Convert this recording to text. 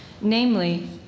Namely